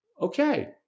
okay